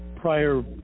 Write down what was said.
prior